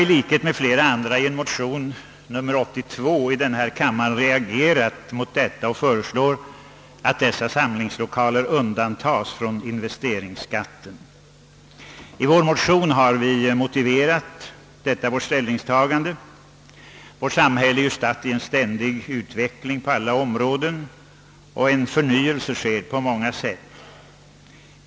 I likhet med många andra riksdagsmän har vi motionärer i vår motion nr II: 82 reagerat mot detta och föreslår att sådana samlingslokaler undantas från investeringsavgift. I motionen har vi också motiverat detta ställningstagande. Det moderna samhället är statt i en oavbruten utveckling på alla områden, och en förnyelse sker på många sätt.